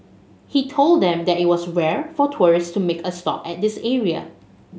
he told them that it was rare for tourists to make a stop at this area